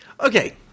okay